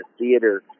theater